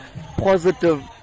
positive